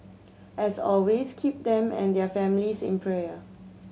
as always keep them and their families in prayer